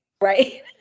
Right